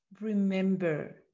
remember